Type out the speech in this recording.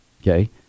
Okay